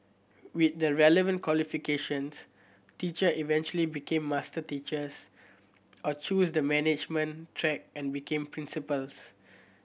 with the relevant qualifications teacher eventually become master teachers or choose the management track and become principals